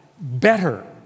better